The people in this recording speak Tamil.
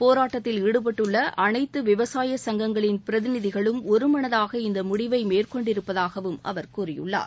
போராட்டத்தில் ஈடுபட்டுள்ள அனைத்து விவசாய சங்கங்களின் பிரதிநிதிகளும் ஒருமனதாக இந்த முடிவை மேற்கொண்டிருப்பதாகவும் அவர் கூறியுள்ளார்